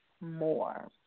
more